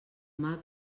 mal